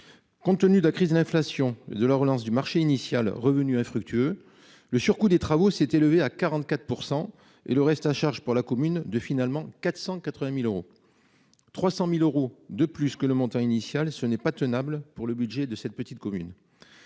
Compte tenu de la crise de l'inflation et de la nécessité de relancer le marché initial déclaré infructueux, le surcoût des travaux s'est élevé à 44 % et le reste à charge pour la commune est finalement de 480 000 euros : 300 000 euros de plus que le montant initial, ce n'est pas tenable pour le budget de cette petite commune